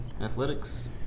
Athletics